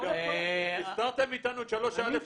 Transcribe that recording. אתם גם הסתרתם מאיתנו את 3א,